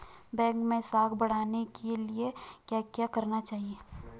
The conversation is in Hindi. बैंक मैं साख बढ़ाने के लिए क्या क्या करना चाहिए?